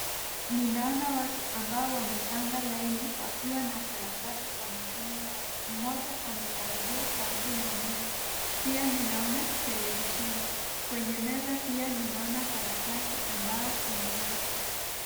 Ninaona watu ambao wamepanga laini wakiwa na karatasi kwa mikono yao. Mmoja amekaribia karibu na meza, pia ninaona televisheni. Kwenye meza pia ninaona karatasi ambao imeachwa.